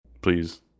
Please